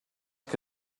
que